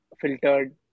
filtered